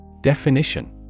Definition